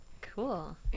Cool